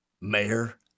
Mayor